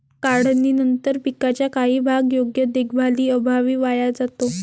काढणीनंतर पिकाचा काही भाग योग्य देखभालीअभावी वाया जातो